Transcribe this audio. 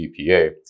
EPA